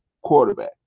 quarterback